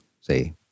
say